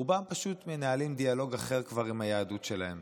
רובם פשוט כבר מנהלים דיאלוג אחר עם היהדות שלהם.